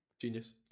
Genius